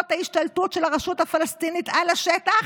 ההשתלטות של הרשות הפלסטינית על השטח,